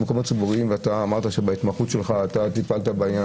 ואתה אמרת שבהתמחות שלך אתה טיפלת בעניין